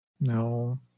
No